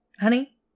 Honey